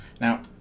Now